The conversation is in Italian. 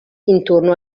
intorno